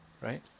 Right